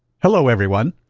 hello, everyone.